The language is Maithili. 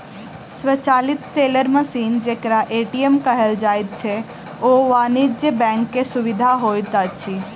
स्वचालित टेलर मशीन जेकरा ए.टी.एम कहल जाइत छै, ओ वाणिज्य बैंक के सुविधा होइत अछि